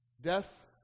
Death